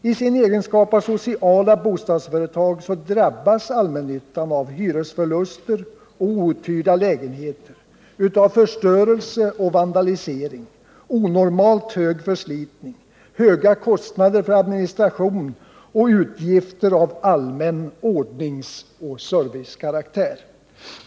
I sin egenskap av socialt bostadsföretag drabbas allmännyttan av hyresförluster och outhyrda lägenheter, av förstörelse och vandalisering, onormalt hög förslitning, höga kostnader för administration och utgifter av allmän ordningsoch servicekaraktär.